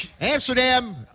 Amsterdam